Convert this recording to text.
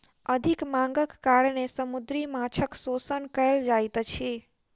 अधिक मांगक कारणेँ समुद्री माँछक शोषण कयल जाइत अछि